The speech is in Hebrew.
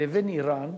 לבין אירן